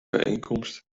bijeenkomst